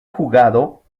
jugado